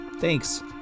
Thanks